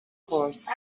horse